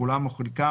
כולם או חלקם,